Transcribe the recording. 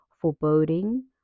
foreboding